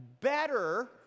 better